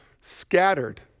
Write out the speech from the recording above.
scattered